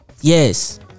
yes